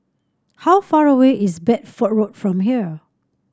how far away is Bedford Road from here